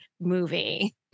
movie